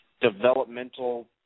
Developmental